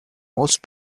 most